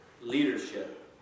leadership